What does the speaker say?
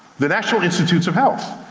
the national institutes of health.